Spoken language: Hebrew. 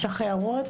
יש לך הערות?